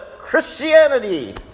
Christianity